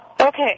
Okay